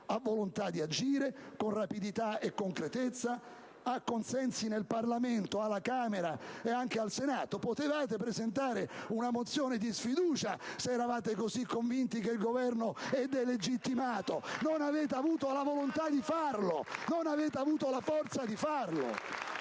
ha volontà di agire con rapidità e concretezza, ha consensi nel Parlamento, alla Camera e anche al Senato. Potevate presentare una mozione di sfiducia, se eravate così convinti che il Governo è delegittimato. *(Applausi dal Gruppo PdL)*. Non avete avuto la volontà di farlo; non avete avuto la forza di farlo.